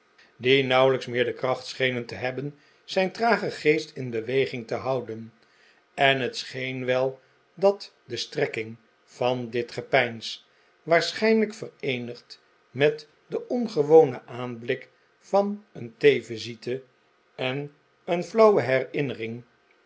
die nauwelijks meer de kracht schenen te hebben zijn tragen geest in beweging te houden en het scheen wel dat de strekking van dit gepeins waarschijnlijk vereenigd met den ongewonen aanblik van een theevisite en een flauwe herinnering